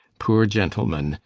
poore gentleman,